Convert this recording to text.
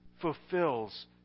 fulfills